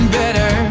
better